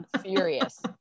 furious